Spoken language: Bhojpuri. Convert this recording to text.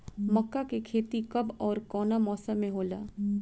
मका के खेती कब ओर कवना मौसम में होला?